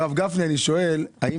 אין